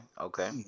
okay